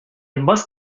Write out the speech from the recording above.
must